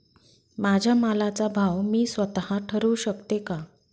माझ्या मालाचा भाव मी स्वत: ठरवू शकते का?